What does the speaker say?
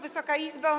Wysoka Izbo!